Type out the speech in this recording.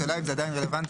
השאלה אם זה עדיין רלוונטי,